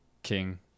king